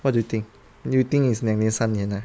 what do you think you think is 两年三年 ah